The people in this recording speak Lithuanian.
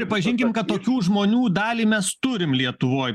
pripažinkim kad tokių žmonių dalį mes turim lietuvoj